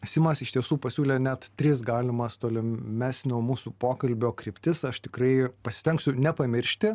simas iš tiesų pasiūlė net tris galimas tolimesnio mūsų pokalbio kryptis aš tikrai pasistengsiu nepamiršti